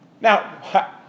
Now